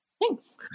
thanks